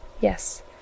Yes